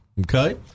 okay